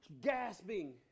gasping